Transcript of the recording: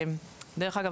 דרך אגב,